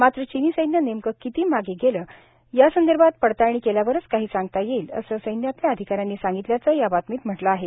मात्र चीनी सैन्य नेमकं किती मागे गेलं यासंदर्भात पडताळणी केल्यावरचं काही सांगता येईल असं सैन्यातल्या अधिकाऱ्यांनी सांगितल्याचं या बातमीत म्हटलं आहे